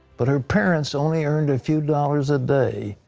but her parents only earned a few dollars a day.